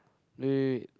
wait wait wait